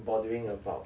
bothering about